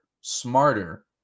smarter